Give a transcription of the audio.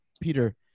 Peter